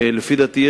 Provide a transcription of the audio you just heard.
לפי דעתי,